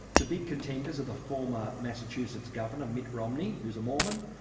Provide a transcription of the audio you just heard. the big contenders are the former massachusetts governor mitt romney, who's a mormon,